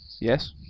Yes